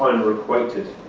unrequited,